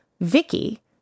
Vicky